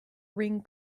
ring